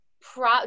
pro